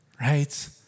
right